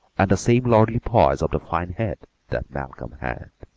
and the same lordly poise of the fine head that malcolm had.